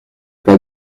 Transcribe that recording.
pas